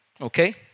Okay